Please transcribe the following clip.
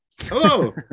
Hello